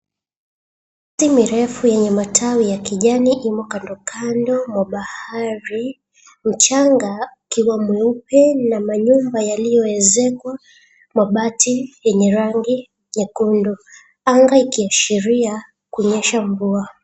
Miti mirefu yenye matawi ya kijani imo kando kando mwa bahari mchanga ukiwa mweupe na manyumba yaliyoezekwa mabati yenye rangi nyekundu, anga ikiashiria kunyesha mvua.